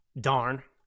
darn